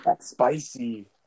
spicy